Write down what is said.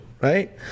right